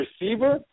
receiver